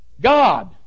God